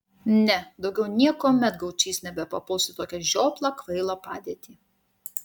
ne daugiau niekuomet gaučys nebepapuls į tokią žioplą kvailą padėtį